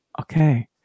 Okay